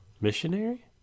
Missionary